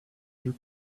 you